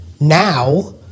now